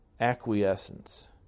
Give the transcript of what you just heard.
acquiescence